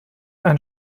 ein